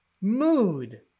mood